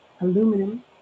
aluminum